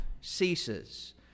ceases